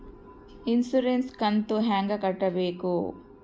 Insurance ಕಂತು ಹೆಂಗ ಕಟ್ಟಬೇಕು?